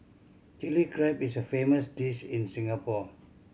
Chilli Crab is a famous dish in Singapore